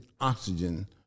oxygen